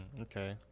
okay